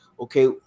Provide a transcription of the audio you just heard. okay